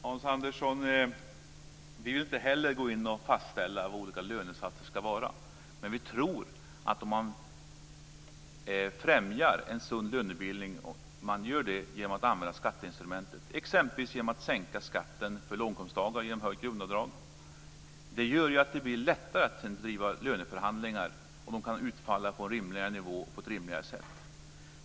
Fru talman! Vi vill inte heller gå in och fastställa olika lönesatser, Hans Andersson. Men vi tror att man främjar en sund lönebildning genom att använda skatteinstrumentet, exempelvis genom att sänka skatten för låginkomsttagare genom höjt grundavdrag. Det gör att det blir lättare att driva löneförhandlingar, och de kan utfalla på en rimligare nivå och på ett rimligare sätt.